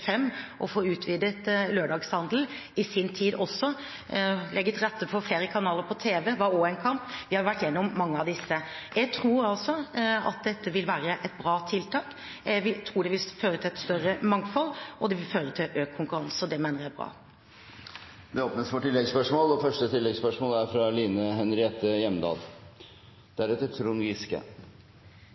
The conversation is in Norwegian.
å få utvidet lørdagshandel i sin tid også. Å legge til rette for flere kanaler på tv var også en kamp. Vi har vært gjennom mange av disse. Jeg tror altså at dette vil være et bra tiltak. Jeg tror det vil føre til et større mangfold, og det vil føre til økt konkurranse, og det mener jeg er bra. Det åpnes for oppfølgingsspørsmål – først Line Henriette Hjemdal.